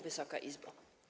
Wysoka Izbo!